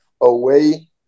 Away